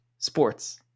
sports